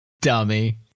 Dummy